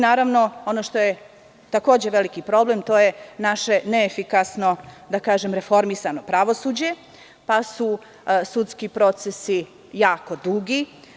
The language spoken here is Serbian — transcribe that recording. Naravno, ono što je takođe veliki problem, to je naše neefikasno, da kažem reformisano pravosuđe, pa su sudski procesi jako dugi.